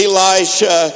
Elisha